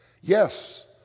yes